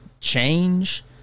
change